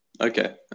Okay